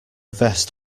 vest